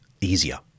easier